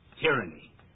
tyranny